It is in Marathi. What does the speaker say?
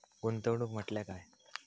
गुंतवणूक म्हटल्या काय?